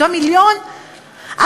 מתוך מיליון,